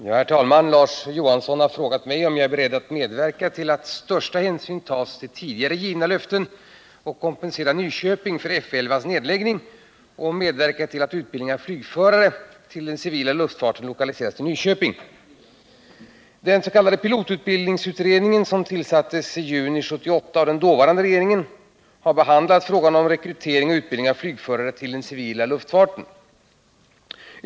Herr talman! Larz Johansson har frågat mig om jag är beredd att medverka till att största hänsyn tas till tidigare givna löften att kompensera Nyköping för F 11:s nedläggning och medverka till att utbildning av flygförare till den civila luftfarten lokaliseras till Nyköping. Den s.k. pilotutbildningsutredningen, som tillsattes i juni 1978 av den dåvarande regeringen, har behandlat frågan om rekrytering och utbildning av flygförare till den civila luftfarten.